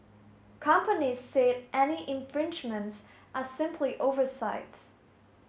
companies say any infringements are simply oversights